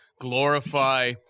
glorify